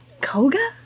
Koga